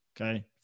Okay